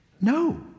No